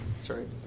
Sorry